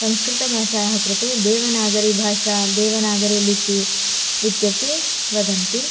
संस्कृतभाषायाः कृते देवनागरीभाषा देवनागरीलिपिः इत्यपि वदन्ति